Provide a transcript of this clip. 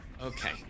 Okay